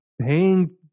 paying